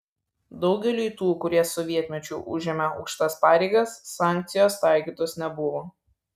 daugeliui tų kurie sovietmečiu užėmė aukštas pareigas sankcijos taikytos nebuvo